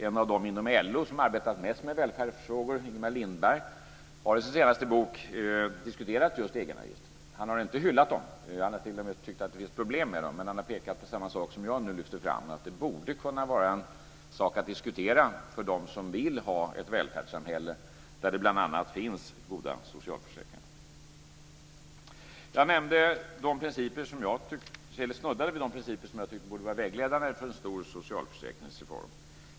En av dem inom LO som arbetat mest med välfärdsfrågor, Ingemar Lindberg, har i sin senaste bok diskuterat just egenavgifterna. Han har inte hyllat dem. Han har t.o.m. tyckt att det finns problem med dem. Men han har pekat på samma sak som jag nu lyfter fram, att det borde kunna vara en sak att diskutera för dem som vill ha ett välfärdssamhälle där det bl.a. finns goda socialförsäkringar. Jag snuddade vid de principer som jag tycker borde vara vägledande för en stor socialförsäkringsreform.